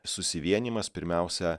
susivienijimas pirmiausia